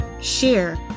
share